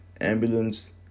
Ambulance